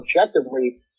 objectively